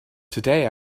today